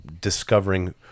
discovering